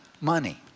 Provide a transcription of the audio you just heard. money